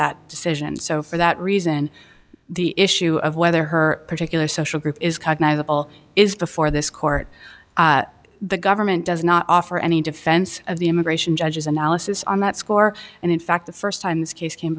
that decision so for that reason the issue of whether her particular social group is cognizable is before this court the government does not offer any defense of the immigration judges analysis on that score and in fact the first time this case came